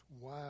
Wow